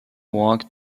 walked